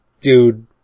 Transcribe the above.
dude